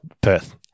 Perth